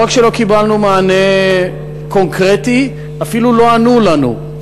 לא רק שלא קיבלנו מענה קונקרטי, אפילו לא ענו לנו.